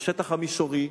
לשטח המישורי,